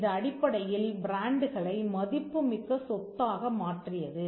இது அடிப்படையில் பிராண்டுகளை மதிப்புமிக்க சொத்தாக மாற்றியது